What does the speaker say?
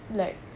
like